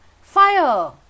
fire